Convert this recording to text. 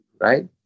right